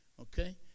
Okay